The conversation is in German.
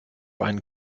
einen